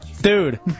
Dude